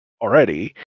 already